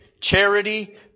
charity